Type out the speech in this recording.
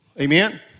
Amen